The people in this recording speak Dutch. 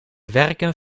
werken